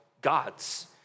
gods